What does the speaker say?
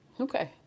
okay